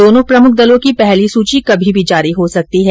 दोनों प्रमुख दलों की पहली सूची कभी भी जारी हो सकती है